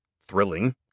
thrilling